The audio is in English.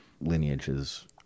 lineage's